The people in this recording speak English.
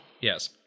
Yes